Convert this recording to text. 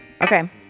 okay